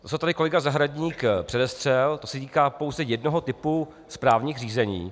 To, co tady kolega Zahradník předestřel, to se týká pouze jednoho typu správních řízení.